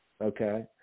okay